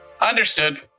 Understood